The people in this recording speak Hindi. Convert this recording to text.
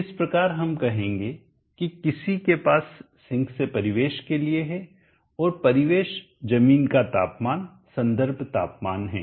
इस प्रकार हम कहेंगे कि किसी के पास सिंक से परिवेश के लिए है और परिवेश जमीन का तापमान संदर्भ तापमान है